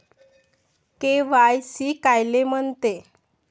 KYC कायले म्हनते?